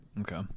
Okay